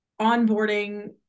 onboarding